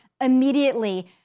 immediately